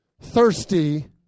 thirsty